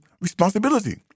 responsibility